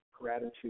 gratitude